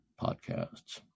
podcasts